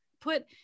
put